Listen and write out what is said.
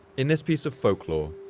in this piece of folklore,